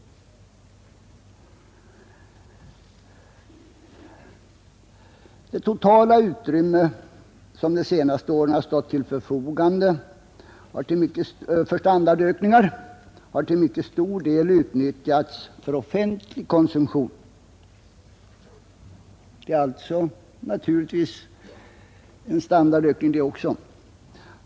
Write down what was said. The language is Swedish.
Det totala utrymme som de senaste åren stått till förfogande för standardökningar har till mycket stor del utnyttjats för offentlig konsumtion. Det är naturligtvis också en standardökning.